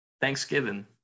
thanksgiving